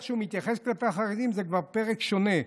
איך שהוא מתייחס לחרדים זה כבר פרק שונה.